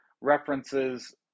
references